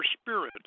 spirit